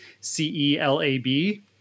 C-E-L-A-B